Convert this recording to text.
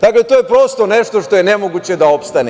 Dakle, to je prosto nešto što je nemoguće da opstane.